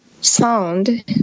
sound